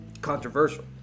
controversial